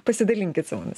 pasidalinkit su mumis